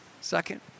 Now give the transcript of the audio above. second